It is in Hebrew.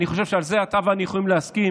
אני חושב שעל זה אתה ואני יכולים להסכים